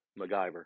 MacGyver